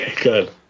Good